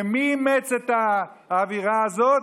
ומי אימץ את האווירה הזאת?